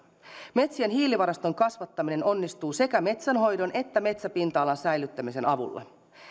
metsien hiilivaraston kasvattaminen onnistuu sekä metsänhoidon että metsäpinta alan säilyttämisen avulla